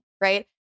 right